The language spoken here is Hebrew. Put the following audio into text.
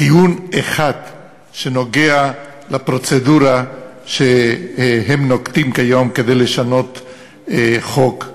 טיעון אחד שנוגע לפרוצדורה שהם נוקטים כיום כדי לשנות חוק-יסוד.